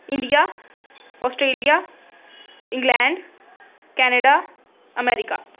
India Australia England Canada America